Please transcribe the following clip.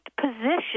position